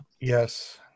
Yes